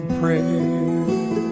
prayer